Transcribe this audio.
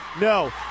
No